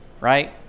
right